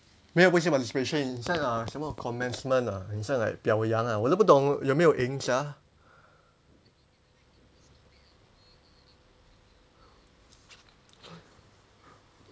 没有不是 participation 很像 uh 什么 commencement ah 很像 like 表扬啊我都不懂有没有赢 sia